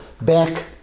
back